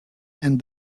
and